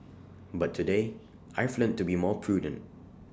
but today I've learnt to be more prudent